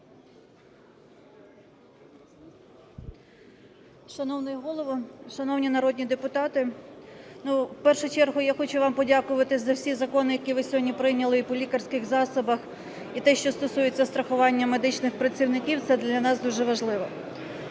Шановний Голово, шановні народні депутати, в першу чергу я хочу вам подякувати за всі закони, які ви сьогодні прийняли і по лікарських засобах, і те, що стосується страхування медичних працівників, це для нас дуже важливо.